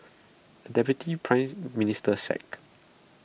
A deputy Prime Minister sacked